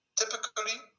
typically